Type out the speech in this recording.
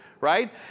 right